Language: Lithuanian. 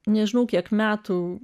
nežinau kiek metų